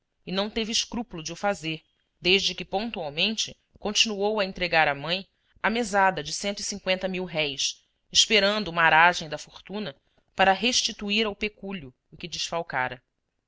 e não teve escrúpulo de o fazer e desde que pontualmente continuou a entregar à mãe a mesada de esperando uma aragem da fortuna para restituir ao pecúlio o que desfalcara